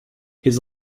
his